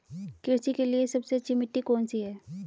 कृषि के लिए सबसे अच्छी मिट्टी कौन सी है?